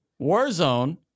Warzone